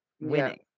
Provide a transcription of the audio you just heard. winning